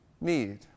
need